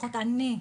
לפחות אני,